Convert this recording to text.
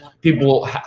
people